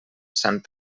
sant